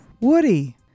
Woody